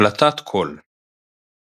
הקלטת קול הפונואוטוגרף